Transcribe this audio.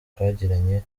twagiranye